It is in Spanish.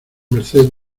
merced